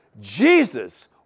Jesus